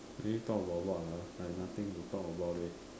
we talk about what ah like nothing to talk about leh